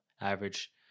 average